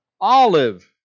Olive